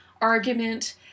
Argument